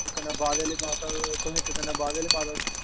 कन्नै बाबे आह्ली माता तुसें इक कन्नै बाह्वे आह्ली माता